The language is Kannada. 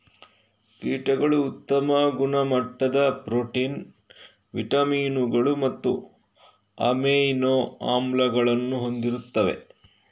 ಕೀಟಗಳು ಉತ್ತಮ ಗುಣಮಟ್ಟದ ಪ್ರೋಟೀನ್, ವಿಟಮಿನುಗಳು ಮತ್ತು ಅಮೈನೋ ಆಮ್ಲಗಳನ್ನು ಹೊಂದಿರುತ್ತವೆ